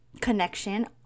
connection